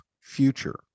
future